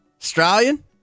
Australian